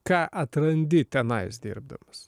ką atrandi tenai dirbdamas